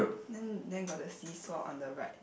then then got the seesaw on the right